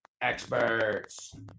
experts